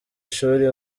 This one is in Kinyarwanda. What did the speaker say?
ishuri